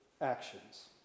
actions